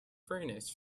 furnace